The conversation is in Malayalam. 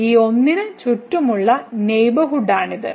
ഈ 1 ന് ചുറ്റുമുള്ള നെയ്ബർഹുഡാണിത്